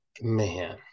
Man